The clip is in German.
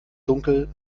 dunkel